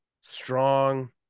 strong